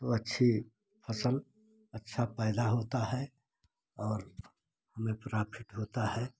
तो अच्छी फसल अच्छा पैदा होता है और हमे प्राफ़िट होता है